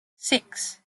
six